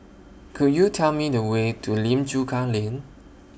Could YOU Tell Me The Way to Lim Chu Kang Lane